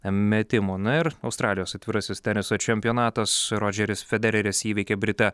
metimų na ir australijos atvirasis teniso čempionatas rodžeris federeris įveikė britą